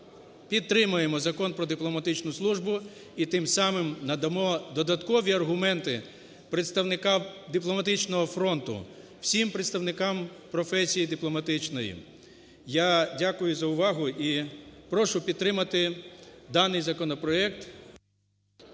підтримаємо Закон про дипломатичну службу, і тим самим надамо додаткові аргументи представникам дипломатичного фронту, всім представникам професії дипломатичної. Я дякую за увагу. І прошу підтримати даний законопроект.